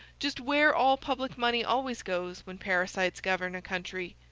just where all public money always goes when parasites govern a country.